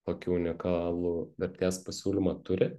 tokį unikalų vertės pasiūlymą turi